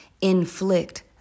inflict